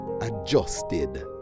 adjusted